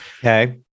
Okay